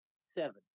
Seven